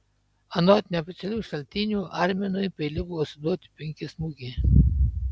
anot neoficialių šaltinių arminui peiliu buvo suduoti penki smūgiai